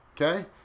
Okay